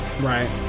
Right